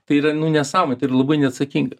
tai yra nu nesamonė tai yra labai neatsakinga